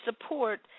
support